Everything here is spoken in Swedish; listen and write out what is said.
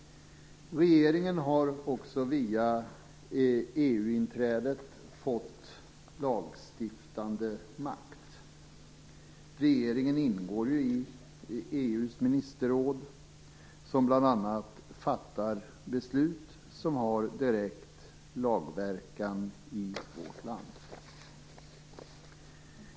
Regeringen har också via EU-inträdet fått lagstiftande makt. Regeringen ingår ju i EU:s ministerråd som bl.a. fattar beslut som har direkt lagverkan i vårt land.